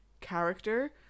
character